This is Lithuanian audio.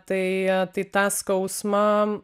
tai tai tą skausmą